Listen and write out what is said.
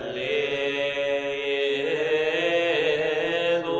a